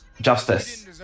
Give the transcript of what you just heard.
justice